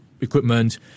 equipment